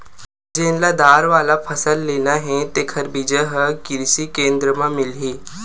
जेन ल दार वाला फसल लेना हे तेखर बीजा ह किरसी केंद्र म मिलही